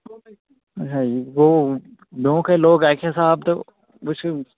اَچھا گوٚو وۅنۍ دھونٛکھَے لوٚگ اَکہِ حساب تہٕ وُچھِ